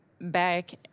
back